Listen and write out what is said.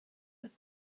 but